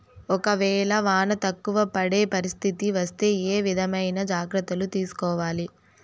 ఒక వేళ వాన తక్కువ పడే పరిస్థితి వస్తే ఏ విధమైన జాగ్రత్తలు తీసుకోవాలి?